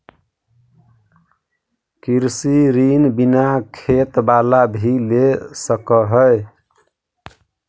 कृषि ऋण बिना खेत बाला भी ले सक है?